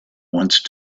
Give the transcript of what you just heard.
once